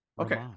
Okay